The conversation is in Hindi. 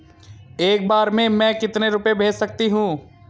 एक बार में मैं कितने रुपये भेज सकती हूँ?